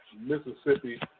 Mississippi